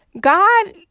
God